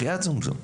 בחייאת זום-זום.